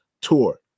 tour